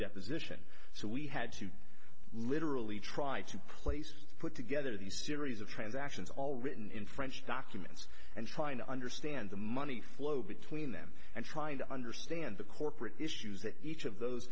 deposition so we had to literally try to place to put together the series of transactions all written in french documents and trying to understand the money flow between them and trying to understand the corporate issues that each of those